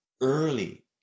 early